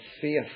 faith